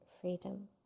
freedom